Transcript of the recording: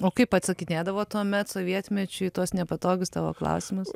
o kaip atsakinėdavo tuomet sovietmečiu į tuos nepatogius tavo klausimus